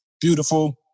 Beautiful